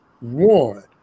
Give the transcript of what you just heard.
One